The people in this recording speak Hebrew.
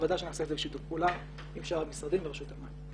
ודאי שנעשה זאת בשיתוף פעולה עם שאר המשרדים ורשות המים.